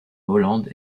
hollande